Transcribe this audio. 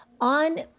on